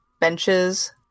benches